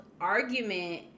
argument